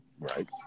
right